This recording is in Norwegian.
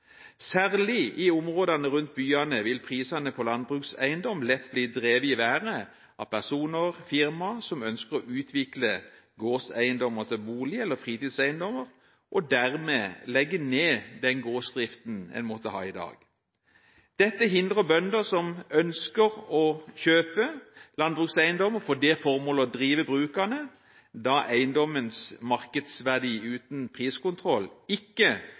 Særlig i områdene rundt byene vil prisene på landbrukseiendom lett bli drevet i været av personer og firmaer som ønsker å utvikle gårdseiendommer til boliger eller fritidseiendommer, og dermed legger ned den gårdsdriften en måtte ha i dag. Dette hindrer bønder